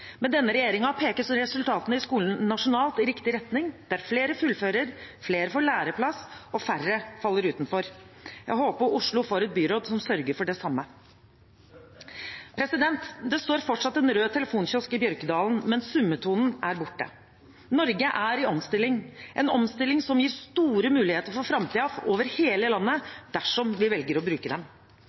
Med denne regjeringen peker resultatene i skolen nasjonalt i riktig retning, der flere fullfører, flere får læreplass, og færre faller utenfor. Jeg håper Oslo får et byråd som sørger for det samme. Det står fortsatt en rød telefonkiosk i Bjørkedalen, men summetonen er borte. Norge er i omstilling, en omstilling som gir store muligheter for framtiden over hele landet – dersom vi velger å bruke dem.